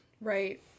Right